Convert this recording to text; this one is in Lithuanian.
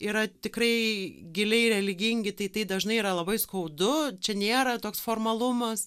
yra tikrai giliai religingi tai tai dažnai yra labai skaudu čia nėra toks formalumas